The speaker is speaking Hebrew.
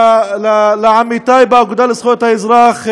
לעמיתי באגודה לזכויות האזרח,